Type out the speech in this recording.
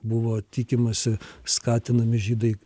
buvo tikimasi skatinami žydai